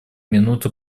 минуты